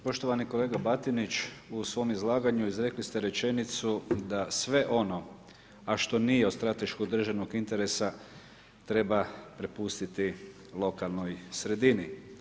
Evo poštovani kolega Batinić u svom izlaganju izrekli ste rečenicu da sve ono a što nije od strateškog državnog interesa treba prepustiti lokalnoj sredini.